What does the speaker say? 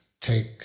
take